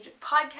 podcast